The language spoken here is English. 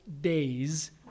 days